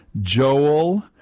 Joel